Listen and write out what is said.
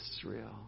Israel